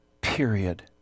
period